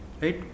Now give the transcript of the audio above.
right